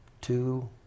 two